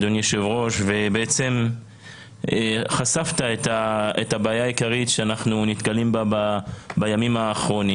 ובעצם חשפת את הבעיה העיקרית שאנחנו נתקלים בה בימים האחרונים.